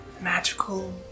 magical